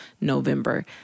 November